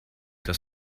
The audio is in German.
das